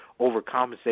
overcompensate